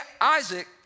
Isaac